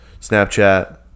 Snapchat